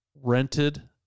rented